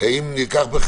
ללא הגבלה